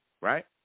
right